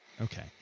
Okay